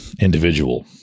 individual